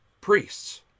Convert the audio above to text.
priests